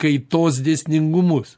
kaitos dėsningumus